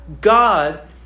God